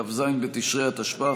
כ"ז בתשרי התשפ"א,